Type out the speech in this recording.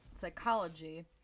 psychology